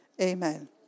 Amen